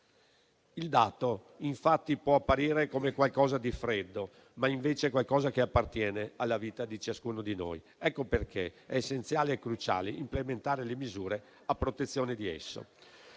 Il dato, infatti, può apparire come qualcosa di freddo, ma invece appartiene alla vita di ciascuno di noi. Ecco perché è essenziale e cruciale implementare le misure a sua protezione.